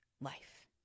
Life